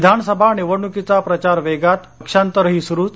विधानसभा निवडणुकीचा प्रचार वेगात पक्षांतरही सुरुच